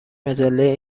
مجله